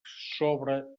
sobra